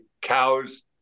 cows